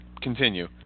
continue